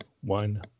one